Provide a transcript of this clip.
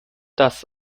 das